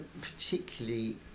particularly